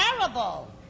terrible